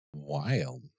Wild